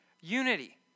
unity